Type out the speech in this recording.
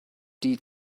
die